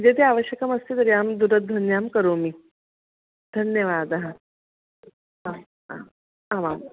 यदि आवश्यकमस्ति तर्हि अहं दूरध्वन्यां करोमि धन्यवादः आम् आम् आमाम्